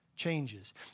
Changes